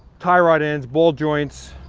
tie rod ends, ball joints,